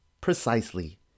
Precisely